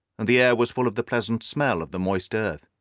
and the air was full of the pleasant smell of the moist earth.